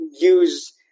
use